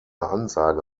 ansage